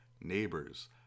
neighbors